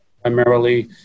primarily